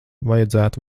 vajadzētu